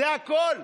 זה הכול.